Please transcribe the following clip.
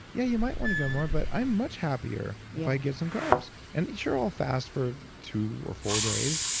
yeah you might want to go more but i'm much happier if i get some carbs. and sure i'll fast for two or four days,